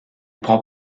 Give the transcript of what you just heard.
prend